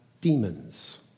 demons